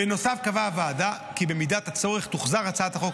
בנוסף קבעה הוועדה כי במידת הצורך תוחזר הצעת החוק